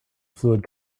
fluid